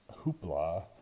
hoopla